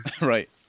right